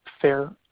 fair